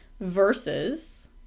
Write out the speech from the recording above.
Versus